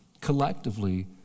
collectively